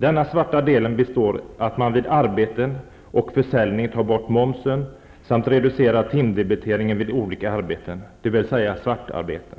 Denna svarta del består i att man vid arbeten och försäljning tar bort momsen samt reducerar timdebiteringen vid olika arbeten, dvs. svartarbeten.